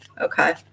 okay